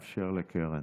אני מאפשר לקרן.